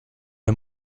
est